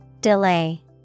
Delay